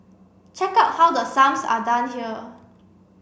check out how the sums are done here